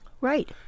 Right